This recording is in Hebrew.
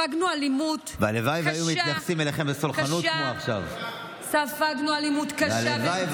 מה הם עשו לך?